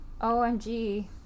Omg